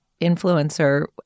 influencer